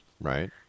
Right